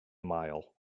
mile